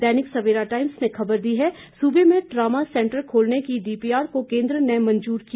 दैनिक Savera times ने खबर दी है सूबे में ट्रामा सेंटर खोलने की डीपीआर को केंद्र ने मंजूर किया